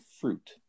fruit